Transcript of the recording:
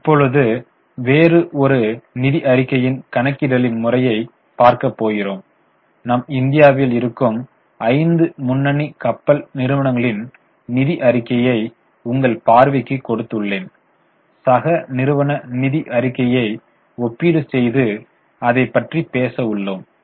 இப்பொழுது வேறு ஒரு நிதி அறிக்கையின் கணக்கிடலின் முறையை பார்க்க போகிறோம் நம் இந்தியாவில் இருக்கும் 5 முன்னணி கப்பல் நிறுவனங்களின் நிதி அறிக்கையை உங்கள் பார்ப்பவைக்கு கொடுத்துள்ளேன் சக நிறுவன நிதி அறிக்கையை ஒப்பீடு செய்து அதை பற்றி பேச உள்ளோம்